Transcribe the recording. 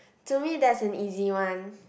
to me that's an easy one